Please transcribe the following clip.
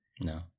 no